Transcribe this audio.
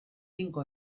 tinko